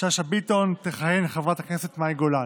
שאשא ביטון תכהן חברת הכנסת מאי גולן.